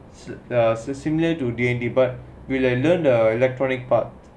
si a similar to dnt part I learn the electronic part